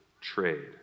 trade